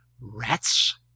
rats